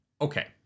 Okay